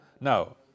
No